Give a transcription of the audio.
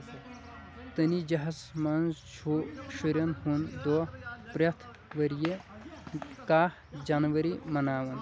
تنیٖجاہَس منٛز چھُ شُرٮ۪ن ہُنٛد دۄہ پرٛٮ۪تھ ؤرۍ یہِ کَہہ جنوری مناوان